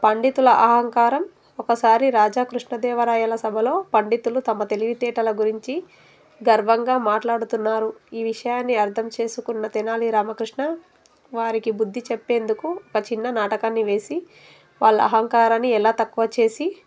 పండితుల అహంకారం ఒకసారి రాజా కృష్ణదేవరాయల సభలో పండితులు తమ తెలివితేేటల గురించి గర్వంగా మాట్లాడుతున్నారు ఈ విషయాన్ని అర్థం చేసుకున్న తెనాలి రామకృష్ణ వారికి బుద్ధి చెప్పేందుకు ఒక చిన్న నాటకాన్ని వేసి వాళ్ళ అహంకారాన్ని ఎలా తక్కువ చేసి